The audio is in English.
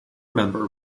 member